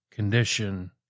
Condition